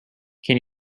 can